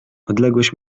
odległość